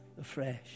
afresh